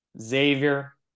Xavier